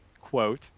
quote